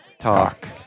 Talk